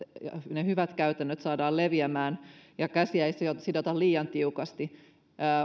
ne hyvät käytännöt saadaan leviämään ja käsiä ei sidota liian tiukasti